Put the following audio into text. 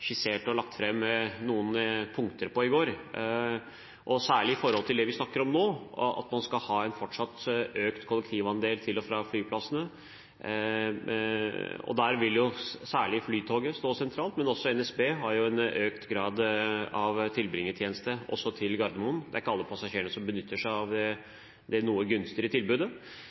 skissert og lagt fram noen punkter på i går, særlig når det gjelder det vi snakker om nå: at man skal ha en fortsatt økt kollektivandel til og fra flyplassene. Der vil særlig Flytoget stå sentralt, men også NSB har en økt grad av tilbringertjeneste, også til Gardermoen – det er ikke alle passasjerene som benytter seg av